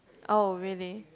oh really